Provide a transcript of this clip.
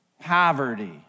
poverty